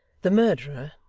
the murderer,